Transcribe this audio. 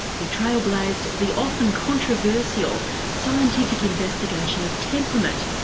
he trailblazed the often controversial scientific investigation of temperament,